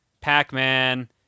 Pac-Man